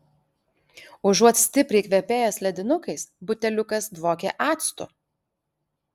užuot stipriai kvepėjęs ledinukais buteliukas dvokė actu